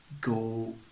go